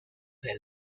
del